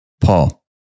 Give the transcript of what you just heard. Paul